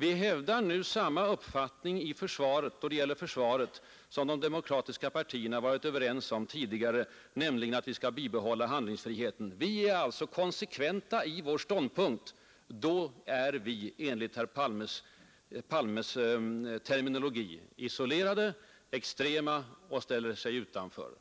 Vi hävdar nu den uppfattning då det gäller försvaret, som de demokratiska partierna varit överens om tidigare, nämligen att bibehålla försvarspolitisk handlingsfrihet. Vi är konsekventa i vårt ståndpunktstagande. Men därmed skulle vi enligt herr Palmes terminologi vara isolerade och stå utanför gemenskapen.